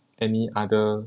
any other